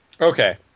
Okay